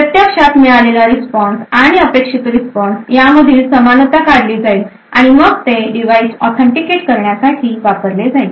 प्रत्यक्षात मिळालेला रिस्पॉन्स आणि अपेक्षित रिस्पॉन्स यामधील समानता काढली जाईल आणि मग ते डिव्हाइस ऑथेंटिकेट करण्यासाठी वापरले जाईल